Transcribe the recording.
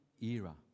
era